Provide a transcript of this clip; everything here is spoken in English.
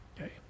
Okay